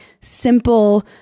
simple